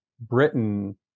Britain